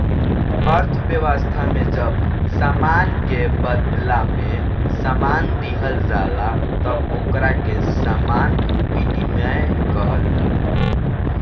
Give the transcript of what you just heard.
अर्थव्यवस्था में जब सामान के बादला में सामान दीहल जाला तब ओकरा के सामान विनिमय कहल जाला